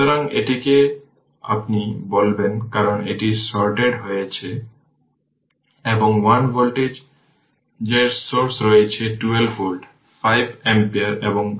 সুতরাং আমরা i L খুঁজে পেয়েছি কিন্তু কারেন্ট ডিভিশন বাকি আছে